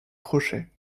crochets